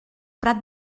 prat